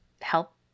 help